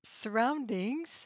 surroundings